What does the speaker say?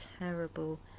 terrible